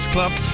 Club